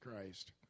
Christ